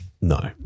No